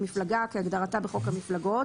"מפלגה" כהגדרתה בחוק המפלגות,